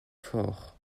fort